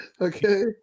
Okay